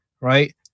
right